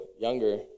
younger